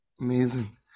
Amazing